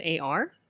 AR